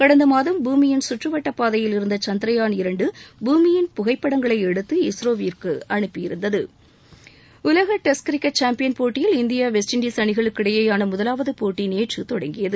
கடந்த மாதம் பூமியின் கற்றுவட்டப்பாதையில் இருந்த சந்திரயான் இரண்டு பூமியின் புகைப்படங்களை எடுத்து இஸ்ரோவிற்கு அனுப்பியிருந்தது உலக டெஸ்ட் கிரிக்கெட் சாம்பியன் போட்டியில் இந்தியா வெஸ்ட் இண்டீஸ் அணிகளுக்கு இடையேயான முதலாவது போட்டி நேற்று தொடங்கியது